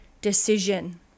decision